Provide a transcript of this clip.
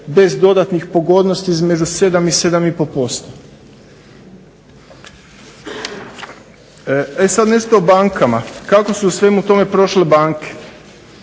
bez dodatnih pogodnosti između 7 i 7,5%. E sad nešto o bankama, kako su u svemu tome prošle banke?